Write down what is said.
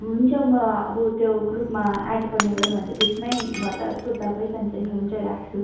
हुन्छ म अब त्यो ग्रुपमा एड गर्नु गयो भन्दा त्यसमा भन्दा सोद्धा भई जान्छ नि हुन्छ राख्छु